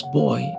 boy